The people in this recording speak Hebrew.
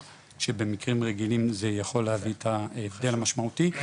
שבמקרים רגילים זה יכול להביא את ההבדל המשמעותי.